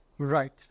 Right